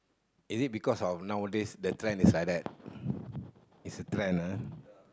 is it because of nowadays the trend is like that it's a trend ah